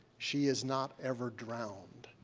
she is not ever drowned.